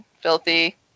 Filthy